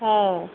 ହଁ